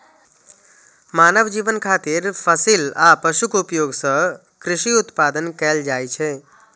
मानव जीवन खातिर फसिल आ पशुक उपयोग सं कृषि उत्पादन कैल जाइ छै